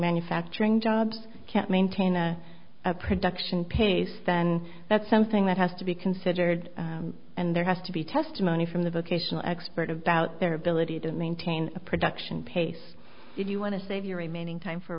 manufacturing jobs can't maintain a production pace then that's something that has to be considered and there has to be testimony from the vocational expert about their ability to maintain a production pace if you want to save your remaining time for